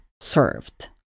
served